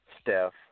Steph